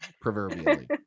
proverbially